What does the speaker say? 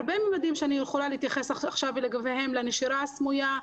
הרבה מימדים שאני יכולה להתייחס עכשיו לגביהם: לנשירה הסמויה,